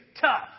tough